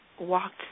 walked